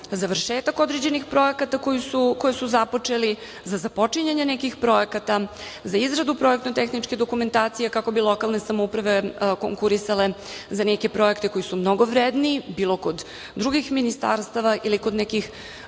završetak određenih projekata koje su započeli za započinjanje nekih projekata, za izradu projektno-tehničke dokumentacije kako bi lokalne samouprave konkurisale za neke projekte koji su mnogo vredniji bilo kod drugih ministarstava ili kod nekih